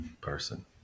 person